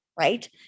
Right